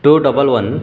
two double one